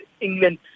England